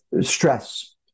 stress